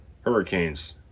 Hurricanes